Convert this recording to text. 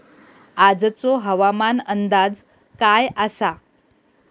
आजचो हवामान अंदाज काय आसा?